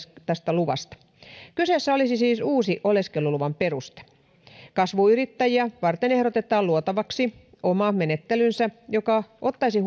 luvasta kyseessä olisi siis uusi oleskeluluvan peruste kasvuyrittäjiä varten ehdotetaan luotavaksi oma menettelynsä joka ottaisi